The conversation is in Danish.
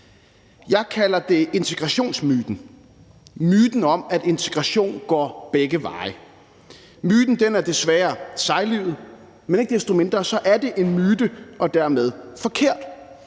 Jeg kalder det integrationsmyten. Det er myten om, at integration går begge veje. Myten er desværre sejlivet, men ikke desto mindre er det en myte og dermed forkert,